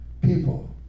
people